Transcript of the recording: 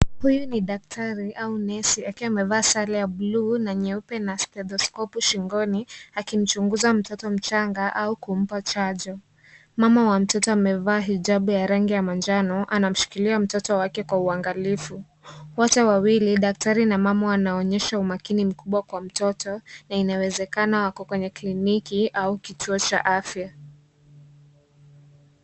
Huyu ni daktari au nesi na amevalia sare ya bluu na nyeupe na stetoscope shingoni akimchunguza mtoto mchanga au kumpa chanjo. Mama wa mtoto amevaa hijabu ya rangi ya manjano anamshikilia mtoto wake kwa uangalifu. Wote wawili, daktari na mama wanaonyesha umakini mkubwa kwa mtoto na inawezekana wako kwenye kliniki au kituo cha afya.